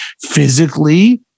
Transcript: physically